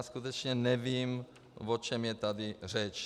Skutečně nevím, o čem je tady řeč.